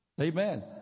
amen